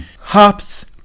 Hops